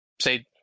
say